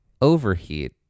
Overheat